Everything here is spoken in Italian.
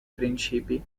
principi